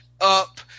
up